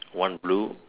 one blue